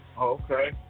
Okay